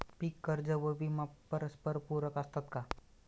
पीक कर्ज व विमा परस्परपूरक असतात का?